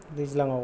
दैज्लाङाव